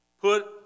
Put